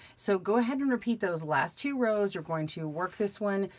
so go ahead and repeat those last two rows, we're going to work this one,